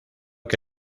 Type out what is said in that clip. que